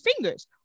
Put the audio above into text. fingers